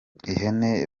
ihene